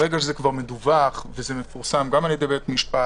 ברגע שזה כבר מדווח ומפורסם גם על ידי בית המשפט,